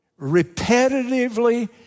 repetitively